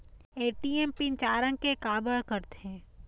ATM pin चार अंक के का बर करथे?